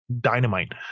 dynamite